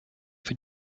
für